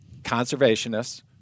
conservationists